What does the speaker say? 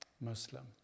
Muslim